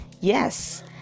Yes